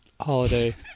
holiday